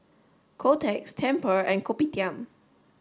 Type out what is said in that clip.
Kotex Tempur and Kopitiam